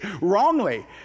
wrongly